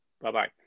Bye-bye